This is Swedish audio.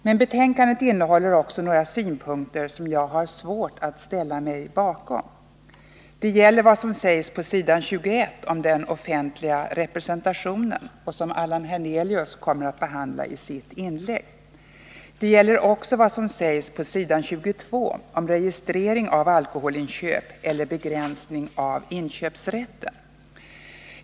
Men betänkandet innehåller också några synpunkter som jag har svårt att ställa mig bakom. Det gäller vad som sägs på s. 21 om den offentliga representationen och som Allan Hernelius kommer att behandla i sitt inlägg. Det gäller också vad som sägs på s. 22 om registrering av alkoholinköp eller begränsning av inköpsrätten.